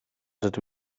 dydw